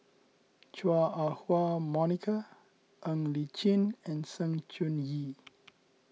Chua Ah Huwa Monica Ng Li Chin and Sng Choon Yee